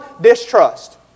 distrust